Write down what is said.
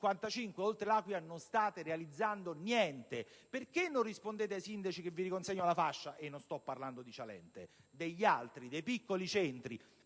compresa L'Aquila) non state realizzando niente? Perché non rispondete ai Sindaci che vi riconsegnano la fascia - e non sto parlando di Cialente, ma dei Sindaci dei piccoli centri